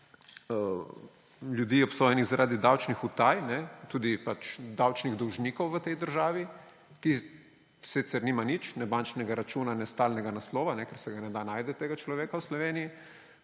ljudi, obsojenih zaradi davčnih utaj, tudi davčnih dolžnikov v tej državi, ki sicer nima nič, ne bančnega računa ne stalnega naslova, ker se ga ne da najti, tega človeka, v Sloveniji,